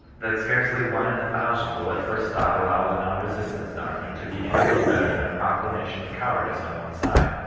that scarcely one in a thousand will at first thought allow the non-resistance doctrine to be any thing better than a proclamation of cowardice on one side,